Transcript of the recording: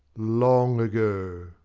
long ago.